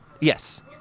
Yes